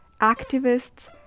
activists